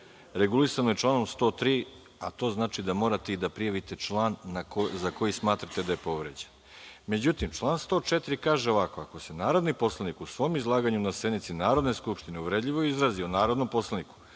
regulisano je članom 103, a to znači da morate da prijavite i član za koji smatrate da je povređen.Međutim, član 104. kaže ovako – Ako se narodni poslanik u svom izlaganju na sednici Narodne skupštine uvredljivo izrazi o narodnom poslaniku